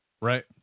Right